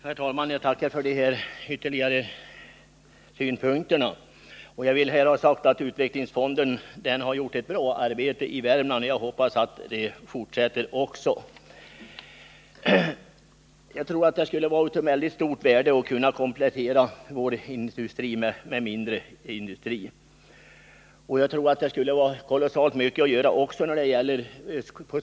Herr talman! Jag tackar för de kompletterande synpunkter som statsministern lämnade, och jag vill i anslutning till dem gärna ha sagt att utvecklingsfonden har gjort ett bra arbete i Värmland, och jag hoppas att arbetet skall fortsätta på samma sätt. Det skulle enligt min mening vara av stort värde om man kunde komplettera vårt näringsliv med mera av småindustri. Kolossalt mycket skulle säkert också kunna göras inom skogsbrukets område.